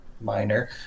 minor